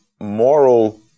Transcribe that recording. moral